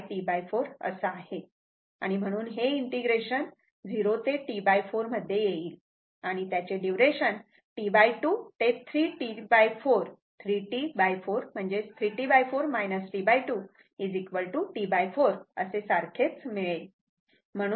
म्हणून हे देखील इंटिग्रेशन 0 ते T4 मध्ये येईल आणि त्याचे डुरेशन T2 ते 3T4 म्हणजेच 3 T4 T2 T4 असे सारखेच मिळेल